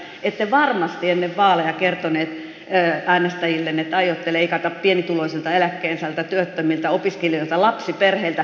ette varmasti ennen vaaleja kertoneet äänestäjillenne että aiotte leikata pienituloisilta eläkkeensaajilta työttömiltä opiskelijoilta lapsiperheiltä